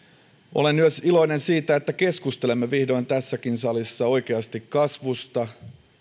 olen myös iloinen siitä että keskustelemme vihdoin tässäkin salissa oikeasti kasvusta